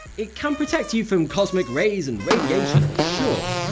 it can protect you from cosmic rays and radiation, sure,